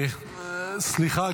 סליחה,